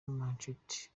marchetti